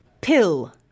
pill